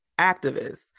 activists